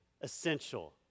essential